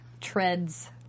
treads